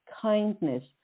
kindness